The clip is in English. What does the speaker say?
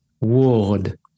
word